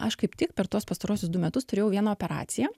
aš kaip tik per tuos pastaruosius du metus turėjau vieną operaciją